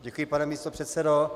Děkuji, pane místopředsedo.